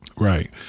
Right